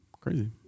crazy